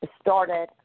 started